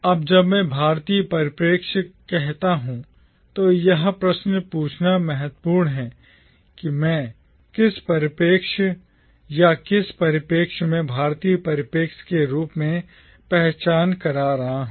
अब जब मैं भारतीय परिप्रेक्ष्य कहता हूं तो यह प्रश्न पूछना महत्वपूर्ण है कि मैं किस परिप्रेक्ष्य या किस परिप्रेक्ष्य में भारतीय परिप्रेक्ष्य के रूप में पहचान कर रहा हूं